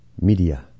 media